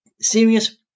Serious